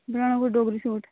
बनाना कोई डोगरी सूट